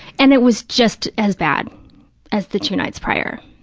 and it was just as bad as the two nights prior,